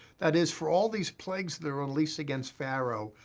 that is, for all these plagues that are unleashed against pharaoh,